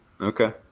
Okay